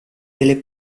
delle